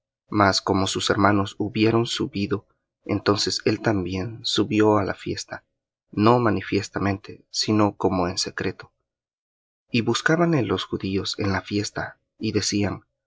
mas como sus hermanos hubieron subido entonces él también subió á la fiesta no manifiestamente sino como en secreto y buscábanle los judíos en la fiesta y decían